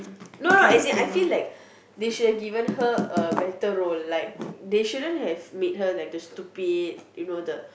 no no as in I feel like they should have given her a better role like they shouldn't have made her like the stupid you know the